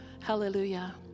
Hallelujah